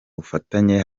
bufatanye